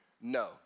No